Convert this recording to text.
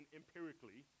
empirically